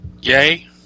Yay